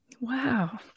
Wow